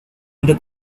into